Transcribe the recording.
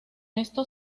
esto